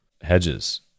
hedges